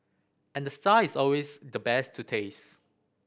and the star is always the best to taste